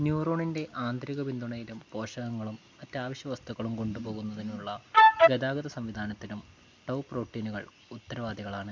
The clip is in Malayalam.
ന്യൂറോണിൻ്റെ ആന്തരിക പിന്തുണയിലും പോഷകങ്ങളും മറ്റ് അവശ്യ വസ്തുക്കളും കൊണ്ടുപോകുന്നതിനുള്ള ഗതാഗത സംവിധാനത്തിനും ടൗ പ്രോട്ടീനുകൾ ഉത്തരവാദികളാണ്